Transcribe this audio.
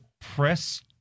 press